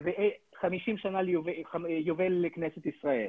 50 שנה יובל לכנסת ישראל,